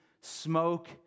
smoke